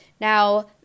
Now